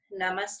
Namaste